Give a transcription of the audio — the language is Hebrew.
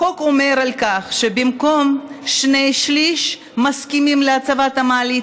החוק אומר שבמקום שני שלישים שמסכימים להצבת המעלית,